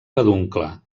peduncle